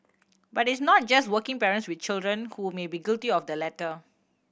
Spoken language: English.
but it is not just working parents with children who may be guilty of the latter